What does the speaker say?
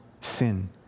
sin